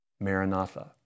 Maranatha